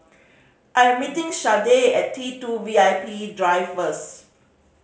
I am meeting Shade at T Two V I P Drive first